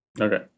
Okay